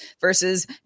versus